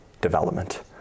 development